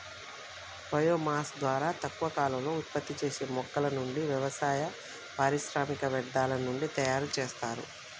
bio mass ద్వారా తక్కువ కాలంలో ఉత్పత్తి చేసే మొక్కల నుండి, వ్యవసాయ, పారిశ్రామిక వ్యర్థాల నుండి తయరు చేస్తారు